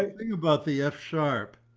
think about the f sharp,